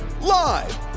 live